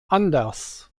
anders